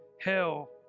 hell